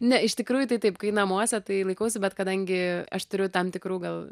ne iš tikrųjų tai taip kai namuose tai laikausi bet kadangi aš turiu tam tikrų gal